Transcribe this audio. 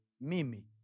Mimi